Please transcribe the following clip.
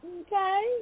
okay